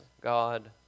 God